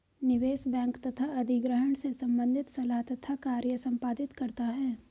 निवेश बैंक तथा अधिग्रहण से संबंधित सलाह तथा कार्य संपादित करता है